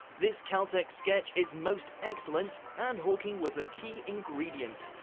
this caltech sketch is most excellent and hawking was a key ingredient.